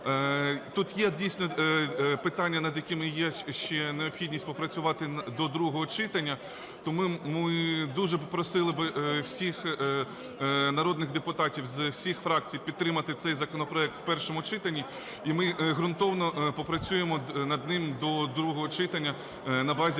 Тут є, дійсно, питання, над якими є ще необхідність попрацювати до другого читання, тому ми дуже просили би всіх народних депутатів з всіх фракцій підтримати цей законопроект в першому читанні, і ми ґрунтовно попрацюємо над ним до другого читання на базі